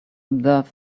observe